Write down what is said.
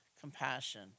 compassion